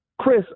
Chris